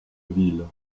ville